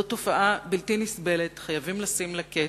זאת תופעה בלתי נסבלת, חייבים לשים לה קץ,